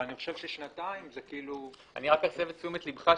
אני חושב ששנתיים זה כאילו --- רק לתשומת ליבך,